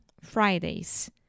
Fridays